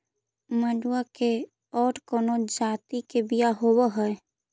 मडूया के और कौनो जाति के बियाह होव हैं?